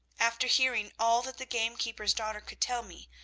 after hearing all that the gamekeeper's daughter could tell me,